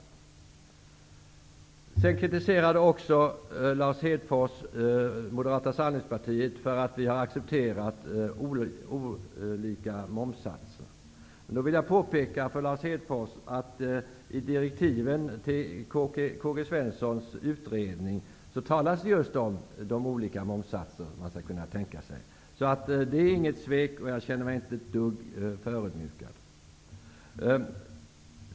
Lars Hedfors kritiserade också Moderata samlingspartiet för att vi har accepterat olika momssatser. Jag vill påpeka för Lars Hedfors att i direktiven till K-G Svenssons utredning talas om att man skall kunna tänka sig olika momssatser. Det är inte något svek, och jag känner mig inte ett dugg förödmjukad.